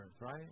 right